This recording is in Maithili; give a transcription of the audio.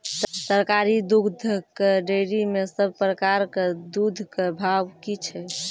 सरकारी दुग्धक डेयरी मे सब प्रकारक दूधक भाव की छै?